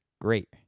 great